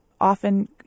often